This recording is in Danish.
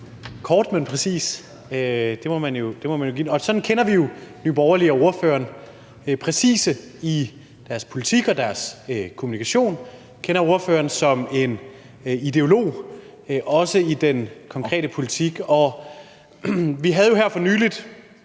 kort, men præcis. Det må man jo give Nye Borgerlige: Sådan kender vi jo dem og ordføreren. De er præcise i deres politik og deres kommunikation. Vi kender ordføreren som en ideolog, også i den konkrete politik. Vi havde jo her for nylig